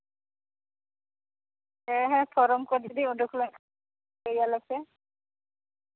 ᱦᱮᱸ ᱦᱮᱸ ᱯᱷᱚᱨᱚᱢ ᱠᱚ ᱡᱩᱫᱤ ᱩᱰᱩᱠ ᱞᱮᱱᱠᱷᱟᱱ ᱞᱟᱹᱭ ᱟᱞᱮ ᱯᱮ